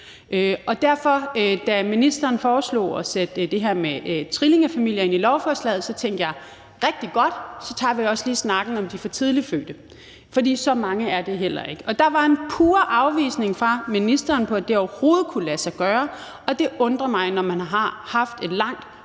fødte børn. Da ministeren foreslog at sætte det her med trillingefamilier ind i lovforslaget, tænkte jeg: Rigtig godt, så tager vi også lige snakken om de for tidligt fødte, for så mange er det heller ikke. Og der var en pure afvisning fra ministeren af, at det overhovedet kunne lade sig gøre, og det undrer mig. Når man har haft et langt